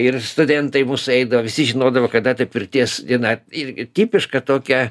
ir studentai mūsų eidavo visi žinodavo kada ta pirties diena irgi tipiška tokia